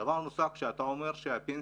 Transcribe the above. דבר נוסף, כשאתה אומר שהפנסיה